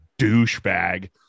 douchebag